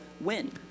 win